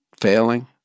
failing